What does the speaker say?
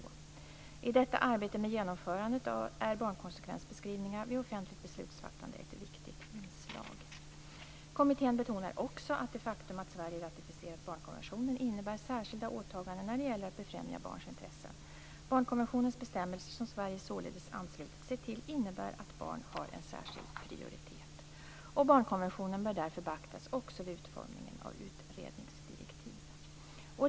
I detta arbete med genomförandet är barnkonsekvensbeskrivningar vid offentligt beslutsfattande ett viktigt inslag. Kommittén betonar också att det faktum att Sverige ratificerat barnkonventionen innebär särskilda åtaganden när det gäller att befrämja barns intressen. Barnkonventionens bestämmelser, som Sverige således anslutit sig till, innebär att barn har en särskild prioritet. Barnkonventionen bör därför beaktas också vid utformningen av utredningsdirektiv.